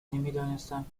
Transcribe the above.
نمیدانستم